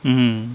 mm